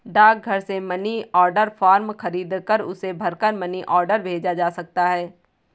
डाकघर से money order form खरीदकर उसे भरकर मनी ऑर्डर भेजा जा सकता है